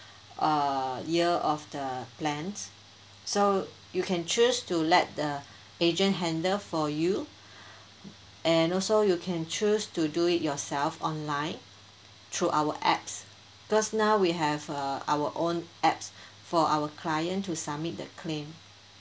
uh year of the plans so you can choose to let the agent handle for you and also you can choose to do it yourself online through our A_P_P_S because now we have uh our own A_P_P_S for our client to submit the claim